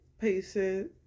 patient